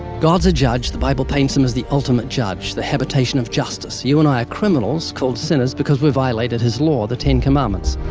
god's a judge. the bible paints him as the ultimate judge, the habitation of justice. you and i are criminals, called sinners, because we've violated his law, the ten commandments.